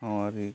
मावारि